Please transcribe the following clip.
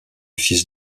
fils